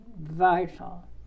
vital